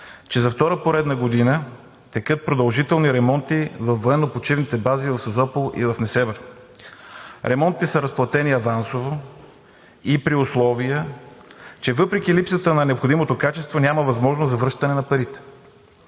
че за втора поредна година текат продължителни ремонти във военно-почивните бази в Созопол и в Несебър. Ремонтите са разплатени авансово и при условия, че въпреки липсата на необходимото качество, няма възможност за връщане на парите.